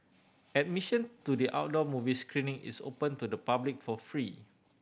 admission to the outdoor movie screening is open to the public for free